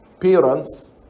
parents